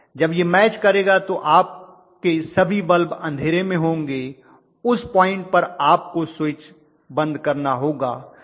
जब यह मैच करेगा तो आपके सभी बल्ब अंधेरे में होंगे उस पॉइंट पर आपको स्विच बंद करना होगा